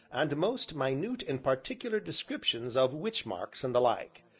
and most minute and particular descriptions of witch-marks and the like.